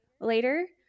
later